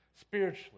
spiritually